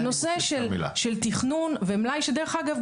הנושא של תכנון ומלאי שדרך אגב,